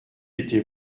était